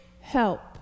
help